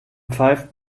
pfeift